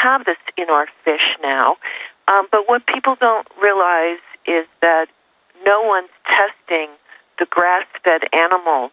have this in our fish now but what people don't realize is that no one testing the grass that animal